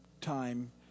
time